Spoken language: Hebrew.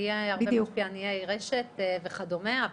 יהיו הרבה משפיעני רשת וכדומה.